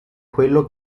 quello